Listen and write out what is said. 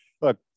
look